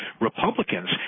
Republicans